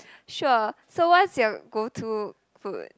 sure so what's your go to food